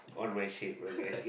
on my shit okay